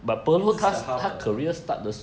it's the harbour